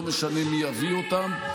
לא משנה מי יביא אותם.